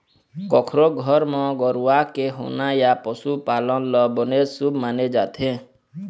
कखरो घर म गरूवा के होना या पशु पालन ल बने शुभ माने जाथे